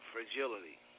fragility